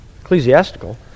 ecclesiastical